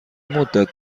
مدت